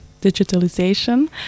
digitalization